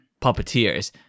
puppeteers